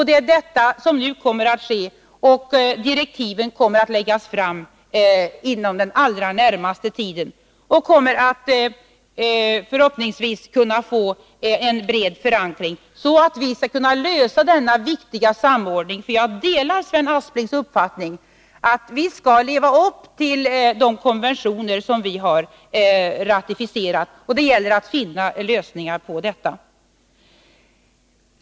Det är vad som nu kommer att ske, och direktiven kommer att läggas fram inom den allra närmaste tiden. Förhoppningsvis kan en bred förankring uppnås, så att vi kan lösa frågan om denna viktiga samordning. Jag delar Sven Asplings uppfattning att vi skall leva upp till de konventioner som vi har ratificerat. Det gäller att finna lösningar på detta.